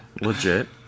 legit